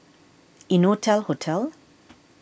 Innotel Hotel